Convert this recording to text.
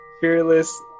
Fearless